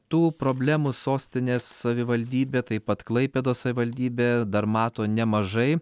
tų problemų sostinės savivaldybė taip pat klaipėdos savivaldybė dar mato nemažai